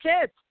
kids